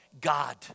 God